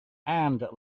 and